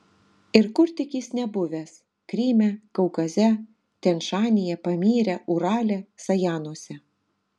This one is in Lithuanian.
ir kur tik jis nebuvęs kryme kaukaze tian šanyje pamyre urale sajanuose